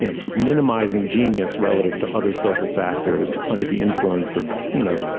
you know sort of minimizing genius relative to other social factors under the influence of, you know,